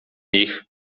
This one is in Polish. nich